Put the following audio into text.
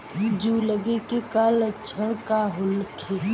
जूं लगे के का लक्षण का होखे?